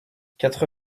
quatre